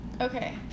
Okay